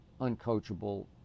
uncoachable